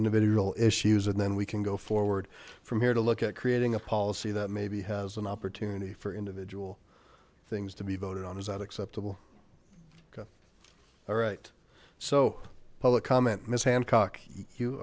individual issues and then we can go forward from here to look at creating a policy that maybe has an opportunity for individual things to be voted on as out acceptable or right so public comment ms hancock you